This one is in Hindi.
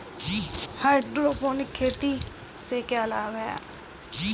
हाइड्रोपोनिक खेती से क्या लाभ हैं?